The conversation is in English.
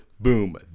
Boom